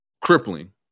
crippling